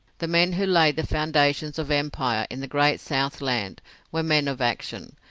the men who laid the foundations of empire in the great south land were men of action.